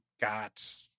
got